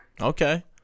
okay